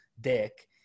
dick